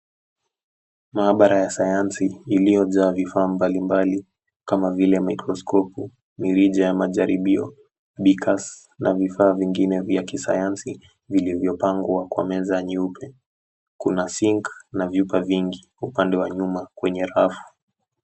Maabara ya sayansi iliyojaa vifaa mbali mbali kama vile: mikroskopu , mirija ya majaribio, beakers na vifaa vingine vya kisayansi vilivyopangwa kwa meza nyeupe. Kuna sink na vyupa vingi upande wa nyuma kwenye rafu.